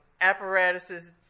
apparatuses